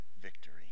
victory